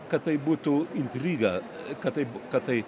kad tai būtų intriga kad taip kad tai